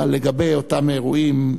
אבל לגבי אותם אירועים,